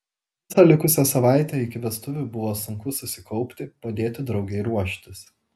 visą likusią savaitę iki vestuvių buvo sunku susikaupti padėti draugei ruoštis